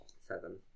seven